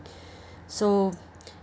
so